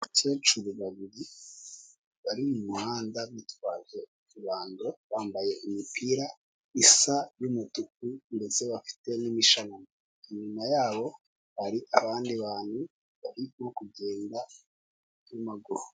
Abakecuru babiri bari mu muhanda bitwaje utubando bambaye imipira isa n'umutuku ndetse bafite n'imishanana, inyuma yabo hari abandi bantu barimo kugenda n'amaguru.